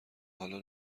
حالا